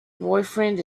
boyfriend